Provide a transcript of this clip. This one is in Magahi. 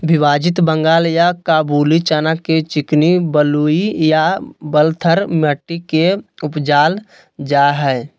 विभाजित बंगाल या काबूली चना के चिकनी बलुई या बलथर मट्टी में उपजाल जाय हइ